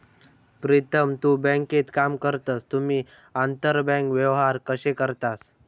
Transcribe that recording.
प्रीतम तु बँकेत काम करतस तुम्ही आंतरबँक व्यवहार कशे करतास?